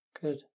Good